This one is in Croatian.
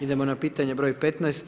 Idemo na pitanje broj 15.